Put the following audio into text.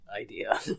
idea